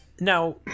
Now